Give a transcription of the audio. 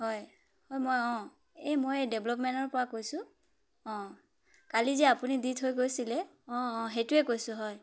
হয় হয় মই অঁ এই মই ডেভলপমেণ্টৰপৰা কৈছোঁ অঁ কালি যে আপুনি দি থৈ গৈছিলে অঁ অঁ সেইটোৱে কৈছোঁ হয়